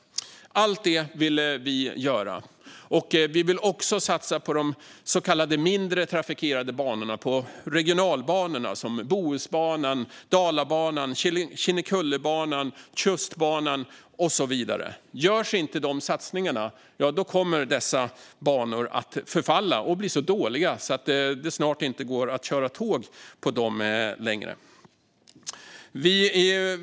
Allt det vill vi göra. Vi vill också satsa på de så kallade mindre trafikerade banorna, på regionalbanor som Bohusbanan, Dalabanan, Kinnekullebanan, Tjustbanan med flera. Görs inte dessa satsningar kommer de här banorna att förfalla och bli så dåliga att det snart inte går att köra tåg på dem längre.